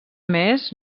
més